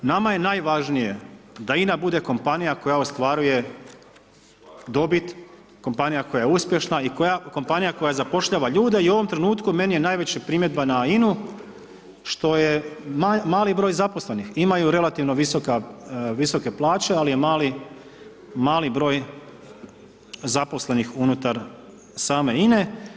Nama je najvažnije da INA bude kompanija koja ostvaruje dobit, kompanija koja je uspješna i koja, kompanija koja zapošljava ljude i u ovom trenutku meni je najveća primjedba na INU što je mali broj zaposlenih, imaju relativno visoka, visoke plaće al je mali, mali broj zaposlenih unutar same INE.